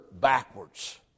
backwards